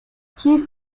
chief